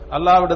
Allah